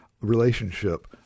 relationship